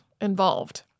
involved